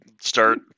start